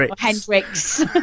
Hendricks